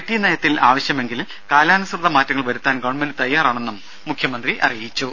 T നയത്തിൽ ആവശ്യമെങ്കിൽ കാലാനുസ്വത മാറ്റങ്ങൾ വരുത്താൻ ഗവൺമെന്റ് തയാറാണെന്നും മുഖ്യമന്ത്രി അറിയിച്ചു